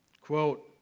quote